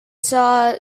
saw